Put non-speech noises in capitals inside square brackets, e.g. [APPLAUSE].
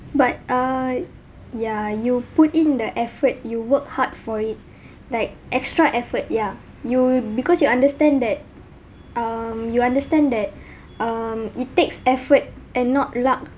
but err ya you put in the effort you work hard for it [BREATH] like extra effort ya you'd because you understand that um you understand that [BREATH] um it takes effort and not luck